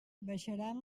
baixaran